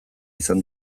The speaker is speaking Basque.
izan